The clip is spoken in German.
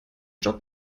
job